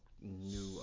new